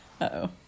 Uh-oh